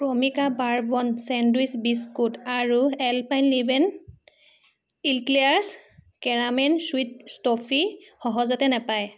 Cremica Bourbon sandwich biscuit আৰু Alpenliebe Eclairs caramel chewit toffee সহজতে নাপায়